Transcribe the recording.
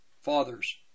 fathers